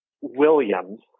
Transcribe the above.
Williams